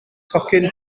tocyn